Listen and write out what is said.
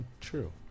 True